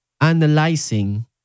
analyzing